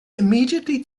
immediately